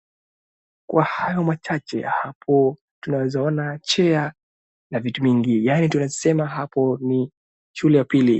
kwa hayo machache hapo tunaeza ona chair na vitu mingi yaani tunaeza sema hapo ni shule ya upili